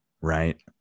Right